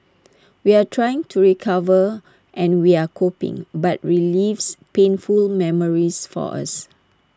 we're trying to recover and we're coping but relives painful memories for us